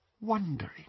wondering